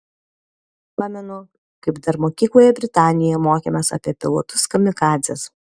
pamenu kaip dar mokykloje britanijoje mokėmės apie pilotus kamikadzes